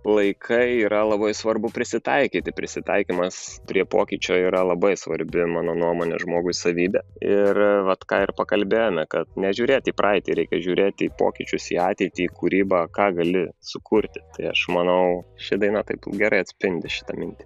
laikai yra labai svarbu prisitaikyti prisitaikymas prie pokyčio yra labai svarbi mano nuomone žmogui savybė ir vat ką ir pakalbėjome kad nežiūrėti į praeitį reikia žiūrėti į pokyčius į ateitį į kūrybą ką gali sukurti tai aš manau ši daina taip gerai atspindi šitą mintį